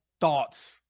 thoughts